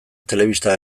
telebista